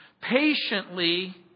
Patiently